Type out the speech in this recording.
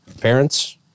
parents